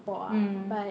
mm mm mm